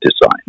design